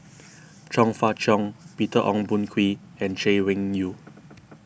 Chong Fah Cheong Peter Ong Boon Kwee and Chay Weng Yew